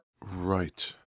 Right